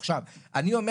עכשיו, אני אומר